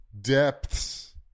depths